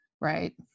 Right